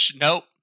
nope